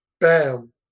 bam